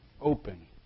open